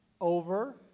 over